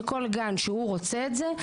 שכל גן שרוצה את זה,